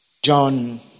John